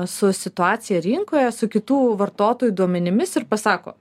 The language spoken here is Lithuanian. su situacija rinkoje su kitų vartotojų duomenimis ir pasako